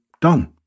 done